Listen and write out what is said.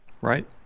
right